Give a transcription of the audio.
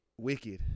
Wicked